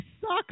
sucks